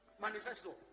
manifesto